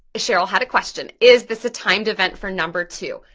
sheryl had a question is this a timed event for number two?